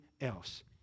else